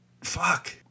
fuck